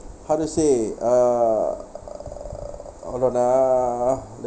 how to say uh hold on ah